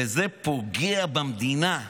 וזה פוגע במדינה.